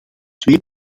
twee